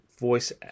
voice